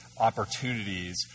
opportunities